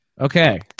okay